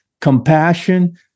compassion